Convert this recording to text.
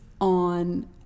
on